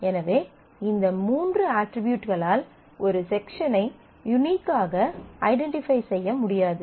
எனவே இந்த மூன்று அட்ரிபியூட்களால் ஒரு செக்ஷனை யூனிக்காக ஐடென்டிஃபை செய்ய முடியாது